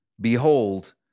Behold